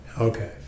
okay